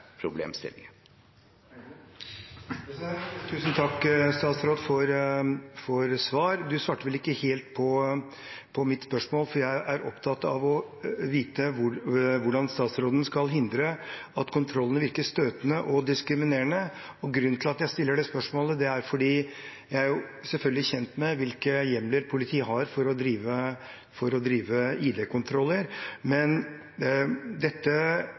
Tusen takk for svaret, men han svarte vel ikke helt på mitt spørsmål. Jeg er opptatt av å vite hvordan statsråden skal hindre at kontrollene virker støtende og diskriminerende. Jeg er selvfølgelig kjent med hvilke hjemler politiet har for å drive ID-kontroller. Grunnen til at jeg stiller spørsmålet, er